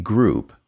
Group